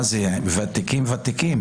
ממש ותיקים.